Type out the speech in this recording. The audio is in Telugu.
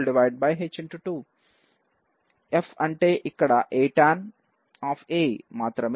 f అంటే ఇక్కడ atan మాత్రమే